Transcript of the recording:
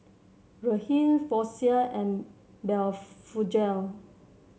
Ridwind Floxia and Blephagel